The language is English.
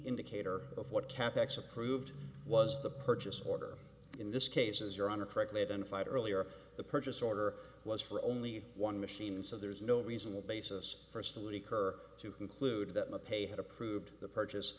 indicator of what cap ex approved was the purchase order in this case as your honor correctly identified earlier the purchase order was for only one machine so there is no reasonable basis for still occur to conclude that the pe had approved the purchase